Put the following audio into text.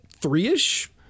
three-ish